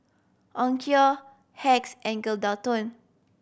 Onkyo Hacks and Geraldton